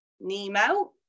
Nemo